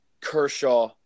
Kershaw